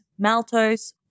maltose